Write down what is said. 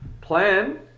plan